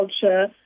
Culture